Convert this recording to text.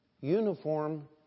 uniform